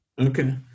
Okay